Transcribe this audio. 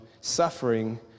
suffering